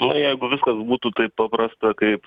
nu jeigu viskas būtų taip paprasta kaip